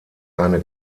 eine